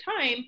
time